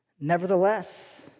Nevertheless